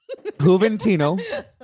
Juventino